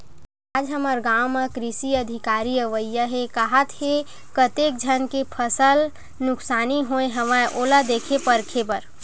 आज हमर गाँव म कृषि अधिकारी अवइया हे काहत हे, कतेक झन के फसल नुकसानी होय हवय ओला देखे परखे बर